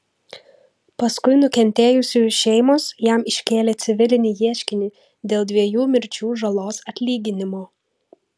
paskui nukentėjusiųjų šeimos jam iškėlė civilinį ieškinį dėl dviejų mirčių žalos atlyginimo